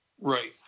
Right